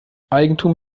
eigentum